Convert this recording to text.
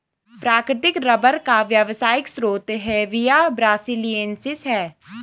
प्राकृतिक रबर का व्यावसायिक स्रोत हेविया ब्रासिलिएन्सिस है